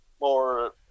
more